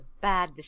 bad